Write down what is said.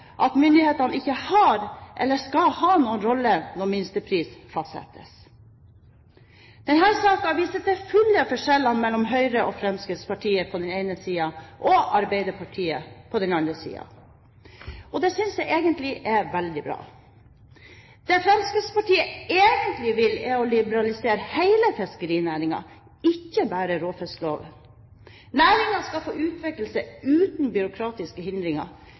at myndighetene ikke har, eller skal ha, noen rolle når minstepris fastsettes. Denne saken viser til fulle forskjellen mellom Høyre og Fremskrittspartiet på den ene siden og Arbeiderpartiet på den andre siden, og det synes jeg egentlig er veldig bra. Det Fremskrittspartiet egentlig vil, er å liberalisere hele fiskerinæringen, ikke bare råfiskloven. Næringen skal få utvikle seg uten byråkratiske hindringer